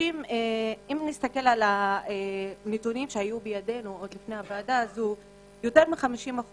אם נסתכל על הנתונים נראה שיותר מ-50%